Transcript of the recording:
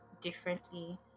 differently